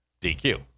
DQ